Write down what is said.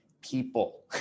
people